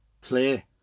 play